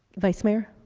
vice mayor.